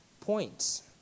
points